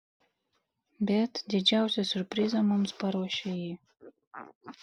bet didžiausią siurprizą mums paruošė ji